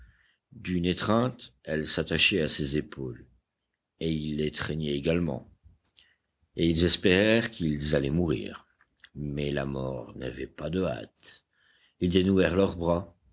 d'une étreinte elle s'attachait à ses épaules et il l'étreignait également et ils espérèrent qu'ils allaient mourir mais la mort n'avait pas de hâte ils dénouèrent leurs bras